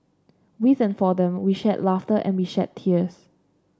with and for them we shared laughter and we shed tears